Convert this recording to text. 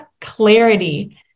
clarity